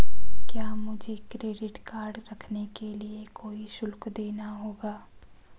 क्या मुझे credit card रखने के लिए कोई शुल्क देना होगा?